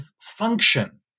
function